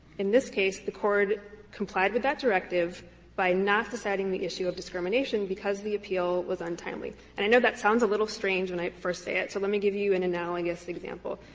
in this case the board complied with that directive by not deciding the issue of discrimination because the appeal was untimely. and i know that sounds a little strange when i first say it, so let me give you an analogous example.